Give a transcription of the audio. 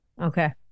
Okay